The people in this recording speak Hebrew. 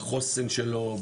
בחוסן שלו,